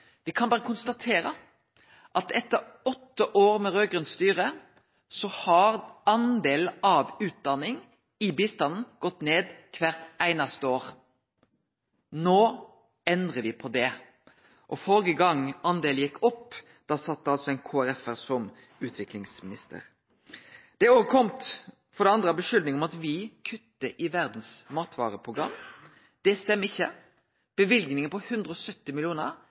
Me kan berre konstatere at etter åtte år med raud-grønt styre, har den delen som går til utdanning i bistanden gått ned kvart einaste år. Nå endrar me på det, og førre gang dette gjekk opp, satt altså ein KrF-ar som utviklingsminister. For det andre er det kome skuldingar om at me kuttar i Verdens matvareprogram. Det stemmer ikkje. Løyvingane på 170